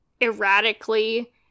erratically